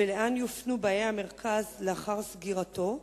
ולאן יופנו באי המרכז לאחר סגירתו?